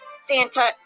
Santa